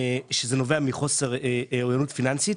כאשר זה נובע מחוסר אוריינות פיננסית,